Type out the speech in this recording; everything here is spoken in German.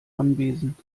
anwesend